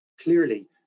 clearly